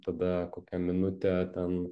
tada kokią minutę ten